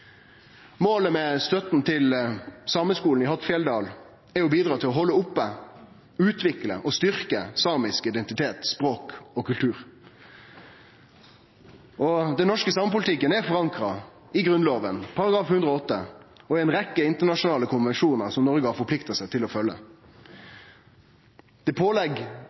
Målet med støtta til Sameskolen i Hattfjelldal er å bidra til å halde oppe, utvikle og styrkje samisk identitet, språk og kultur. Den norske samepolitikken er forankra i Grunnlova § 108 og i ei rekkje internasjonale konvensjonar som Noreg har forplikta seg til å følgje. Det pålegg